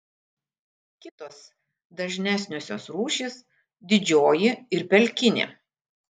kitos dažnesniosios rūšys didžioji ir pelkinė